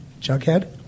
Jughead